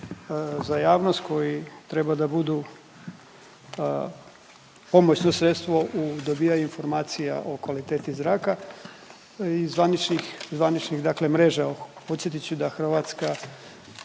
za javnost koji treba da budu pomoćno sredstvo u dobivanju informacija o kvaliteti zraka. Iz zvaničnih, zvaničnih dakle mreža. Podsjetit ću da Hrvatska